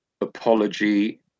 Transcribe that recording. apology